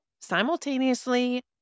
simultaneously